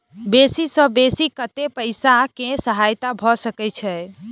बेसी सऽ बेसी कतै पैसा केँ सहायता भऽ सकय छै?